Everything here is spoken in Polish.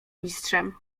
mistrzem